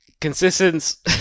Consistence